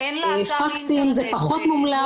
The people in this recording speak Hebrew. זה מקרה אחד.